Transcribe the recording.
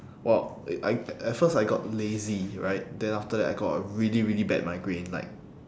!wow! uh I uh at first I got lazy right then after that I got a really really bad migraine like